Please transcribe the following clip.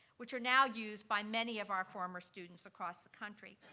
which are now used by many of our former students across the country.